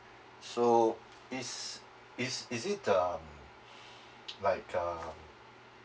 so is is is it um like um